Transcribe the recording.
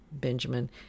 Benjamin